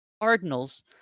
cardinals